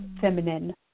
feminine